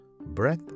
breath